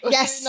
Yes